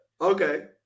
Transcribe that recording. Okay